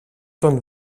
τον